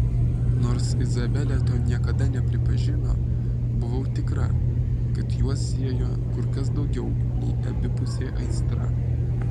nors izabelė to niekada nepripažino buvau tikra kad juos siejo kur kas daugiau nei abipusė aistra